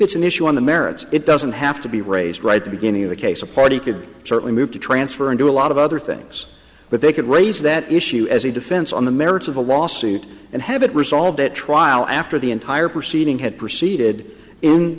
it's an issue on the merits it doesn't have to be raised right the beginning of the case a party could certainly move to transfer and do a lot of other things but they could raise that issue as a defense on the merits of a lawsuit and have it resolved at trial after the entire proceeding had proceeded in